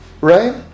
right